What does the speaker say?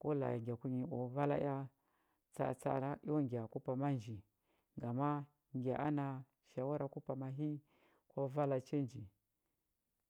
ko la a ngya kunyi o vala ea tsa atsa a nda eo ngya ku pama nji ngama ngya ana shawara ku pama hi kwa vala cha nji